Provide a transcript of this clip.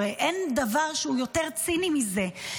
הרי אין דבר שהוא יותר ציני מזה.